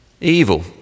evil